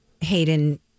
Hayden